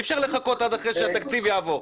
אי אפשר לחכות עד אחרי שהתקציב יעבור.